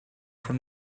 from